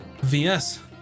VS